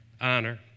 honor